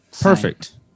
Perfect